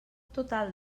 total